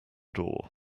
door